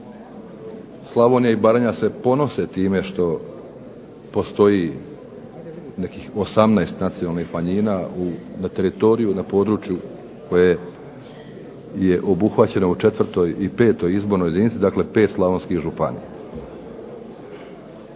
Slavonija i Baranja se ponose time što postoji nekih 18 nacionalnih manjina na teritoriju, na području koje je obuhvaćeno u 4. i 5. izbornoj jedinici, dakle pet slavonskih županija.